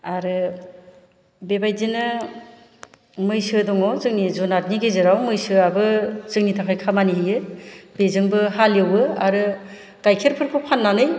आरो बेबायदिनो मैसो दङ जोंनि जुनारनि गेजेराव मैसोआबो जोंनि थाखाय खामानि होयो बेजोंबो हालेवो आरो गाइखेरफोरखौ फाननानै